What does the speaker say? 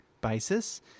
basis